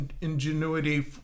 ingenuity